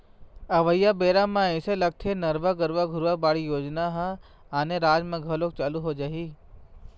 अवइया बेरा म अइसे लगथे नरूवा, गरूवा, घुरूवा, बाड़ी योजना ह आने राज म घलोक चालू हो जाही